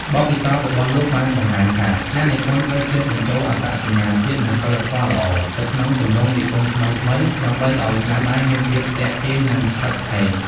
បទពិសោធន៍របស់លោកបានបង្ហាញថា អ្នកនិពន្ធត្រូវចេះបញ្ចូលអត្តសញ្ញាណជាតិ និងសីលធម៌ល្អ ទៅក្នុងទម្រង់និពន្ធថ្មីៗ ដើម្បីឲ្យស្នាដៃមានភាពទាក់ទាញ និងស្ថិតស្ថេរ។